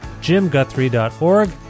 jimguthrie.org